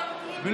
איזה אכזרית,